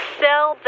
sell